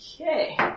Okay